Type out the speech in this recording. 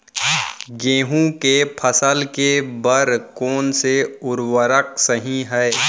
गेहूँ के फसल के बर कोन से उर्वरक सही है?